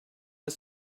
his